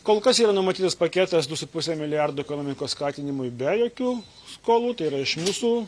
kol kas yra numatytas paketas du su puse milijardo ekonomikos skatinimui be jokių skolų tai yra iš mūsų